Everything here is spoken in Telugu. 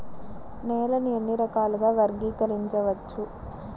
నేలని ఎన్ని రకాలుగా వర్గీకరించవచ్చు?